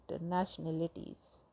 nationalities